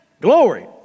Glory